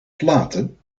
platen